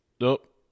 Nope